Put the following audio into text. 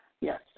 Yes